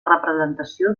representació